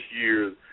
years